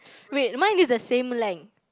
wait mine is the same length